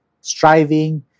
striving